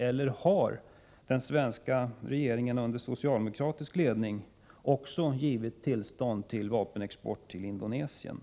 Eller har också den svenska regeringen under socialdemokratisk ledning givit tillstånd till vapenexport till Indonesien?